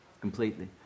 completely